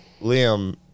Liam